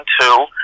two